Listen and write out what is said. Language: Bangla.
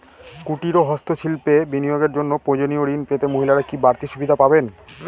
কুটীর ও হস্ত শিল্পে বিনিয়োগের জন্য প্রয়োজনীয় ঋণ পেতে মহিলারা কি বাড়তি সুবিধে পাবেন?